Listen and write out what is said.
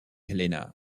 helena